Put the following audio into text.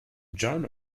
john